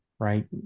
right